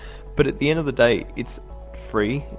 but at the end of the day it's free,